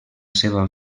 seva